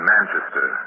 Manchester